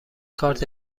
کارت